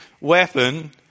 weapon